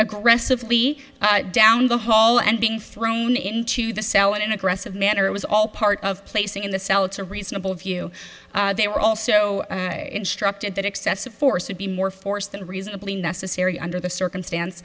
aggressively down the hall and being thrown into the cell in an aggressive manner it was all part of placing in the celts a reasonable view they were also instructed that excessive force would be more force than reasonably necessary under the circumstance